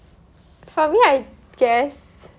for me I guess